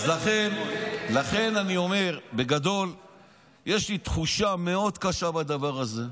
לכן אני אומר: בגדול יש לי תחושה מאוד קשה בדבר הזה.